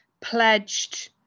pledged